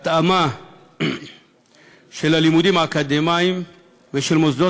התאמה של הלימודים האקדמיים ובמוסדות